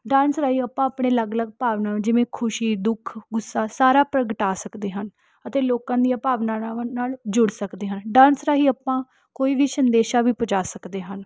dance ਰਾਹੀਂ ਆਪਾਂ ਆਪਣੇ ਅਲੱਗ ਅਲੱਗ ਭਾਵਨਾ ਜਿਵੇਂ ਖੁਸ਼ੀ ਦੁੱਖ ਗੁੱਸਾ ਸਾਰਾ ਪ੍ਰਗਟਾ ਸਕਦੇ ਹਾਂ ਅਤੇ ਲੋਕਾਂ ਦੀਆਂ ਭਾਵਨਾਵਾਂ ਨਾਲ ਜੁੜ ਸਕਦੇ ਹਾਂ ਡਾਂਸ ਰਾਹੀਂ ਆਪਾਂ ਕੋਈ ਵੀ ਸੰਦੇਸ਼ ਵੀ ਪਹੁੰਚਾ ਸਕਦੇ ਹਨ